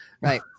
Right